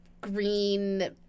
green